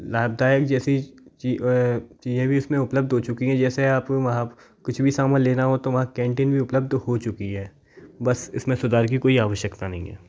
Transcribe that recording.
लाभदायक जेसी चीज़ें उस में उपलब्ध हो चुकीं है जैसे आप वहाँ आप कुछ भी सामान लेना हो तो वहाँ कैंटीन भी उपलब्ध हो चुकी है बस इस में सुधार कि कोई आवश्यकता नहीं है